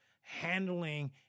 handling